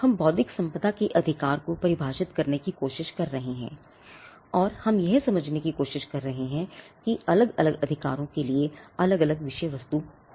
हम बौद्धिक संपदा के अधिकार को परिभाषित करने की कोशिश कर रहे हैं और हम यह समझने की कोशिश कर रहे हैं कि अलग अलग अधिकारों के लिए अलग अलग विषय वस्तु हो सकता है